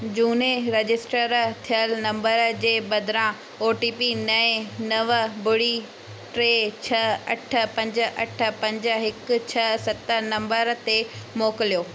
झूने रजिस्टर थियलु नंबर जे बदिरां ओ टी पी नएं नव ॿुड़ी टे छह अठ पंज अठ पंज हिकु छह सत नंबर ते मोकिलियो